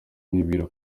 nibwira